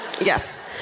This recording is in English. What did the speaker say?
Yes